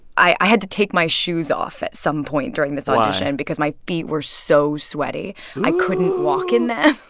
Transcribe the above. i i had to take my shoes off at some point during this audition. why. because my feet were so sweaty i couldn't walk in them